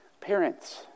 Parents